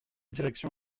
direction